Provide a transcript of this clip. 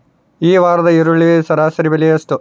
ಈ ವಾರದ ಈರುಳ್ಳಿ ಸರಾಸರಿ ಬೆಲೆ ಎಷ್ಟು?